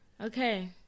Okay